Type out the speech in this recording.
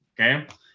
okay